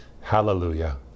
Hallelujah